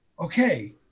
okay